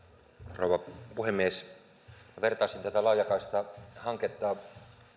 rouva puhemies vertaisin tätä laakakaistahanketta